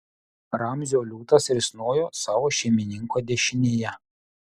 ramzio liūtas risnojo savo šeimininko dešinėje